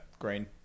Green